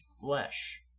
flesh